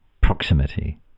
proximity